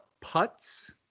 Putts